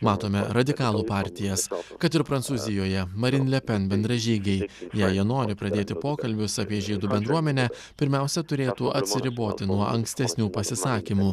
matome radikalų partijas kad ir prancūzijoje marin lepen bendražygiai jei jie nori pradėti pokalbius apie žydų bendruomenę pirmiausia turėtų atsiriboti nuo ankstesnių pasisakymų